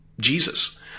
Jesus